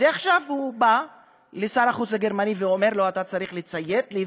אז איך עכשיו הוא בא לשר החוץ הגרמני ואומר לו: אתה צריך לציית לי,